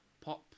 Pop